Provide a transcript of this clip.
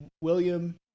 william